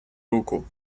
руку